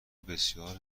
بسیار